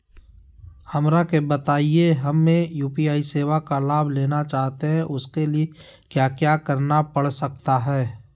हमरा के बताइए हमें यू.पी.आई सेवा का लाभ लेना चाहते हैं उसके लिए क्या क्या करना पड़ सकता है?